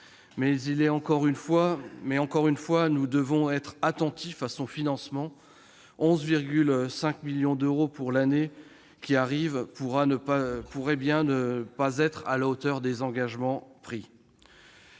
Mais, encore une fois, nous devons être attentifs à son financement. Les 11,5 millions d'euros pour l'année prochaine pourraient ne pas être à la hauteur des engagements pris.